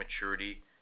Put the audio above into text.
maturity